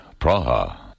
Praha